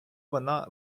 вона